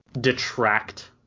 detract